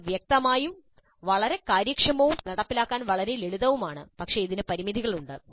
ഇത് വ്യക്തമായും വളരെ കാര്യക്ഷമവും നടപ്പിലാക്കാൻ വളരെ ലളിതവുമാണ് പക്ഷേ ഇതിന് പരിമിതികളുണ്ട്